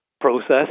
process